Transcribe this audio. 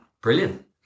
Brilliant